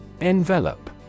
Envelope